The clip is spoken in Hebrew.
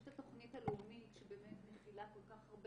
יש את התוכנית הלאומית שבאמת מכילה כל כך הרבה